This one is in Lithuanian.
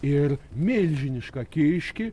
ir milžinišką kiškį